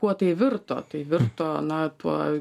kuo tai virto tai virto na tuo